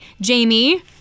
Jamie